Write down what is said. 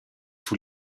tous